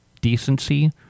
decency